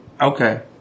Okay